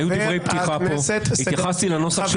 היו פה דברי פתיחה, התייחסתי לנוסח שלך.